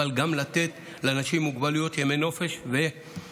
אבל גם לתת לאנשים עם מוגבלויות ימי נופש והפוגה.